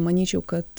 manyčiau kad